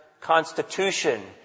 constitution